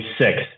six